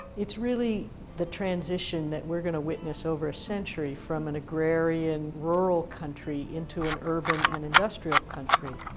it's really the transition that we're going to witness over a century from an agrarian, rural country into an urban and industrial country.